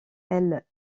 elle